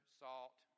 salt